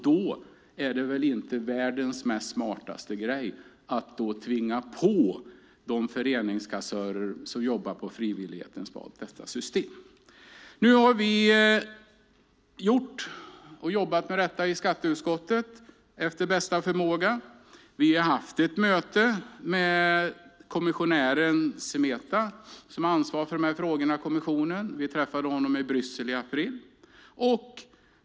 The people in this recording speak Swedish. Då är det inte världens smartaste grej att tvinga på föreningskassörer som jobbar på frivilligbasis detta system. Vi har jobbat med detta i skatteutskottet efter bästa förmåga. Vi har haft ett möte med kommissionär Semeta, som har ansvar för dessa frågor i kommissionen. Vi träffade honom i Bryssel i april.